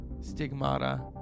stigmata